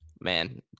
man